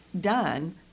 done